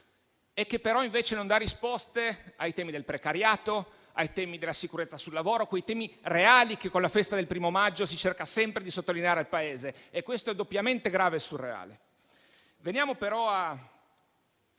che però non dà risposte ai temi del precariato e della sicurezza sul lavoro, temi reali, che con la Festa del 1° maggio si cerca sempre di sottolineare al Paese. Questo è doppiamente grave e surreale. Veniamo però alla